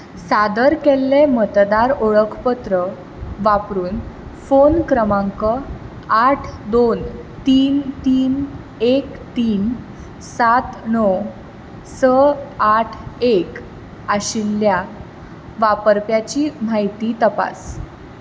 सादर केल्लें मतदार ओळखपत्र वापरून फोन क्रमांक आठ दोन तीन तीन एक तीन सात णव स आठ एक आशिल्ल्या वापरप्याची म्हायती तपास